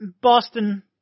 boston